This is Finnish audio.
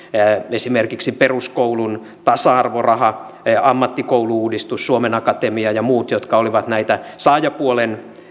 esimerkiksi peruskoulun tasa arvoraha ammattikoulu uudistus suomen akatemia ja muut jotka olivat näitä saajapuolen